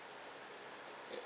ya